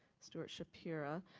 stuart shapira.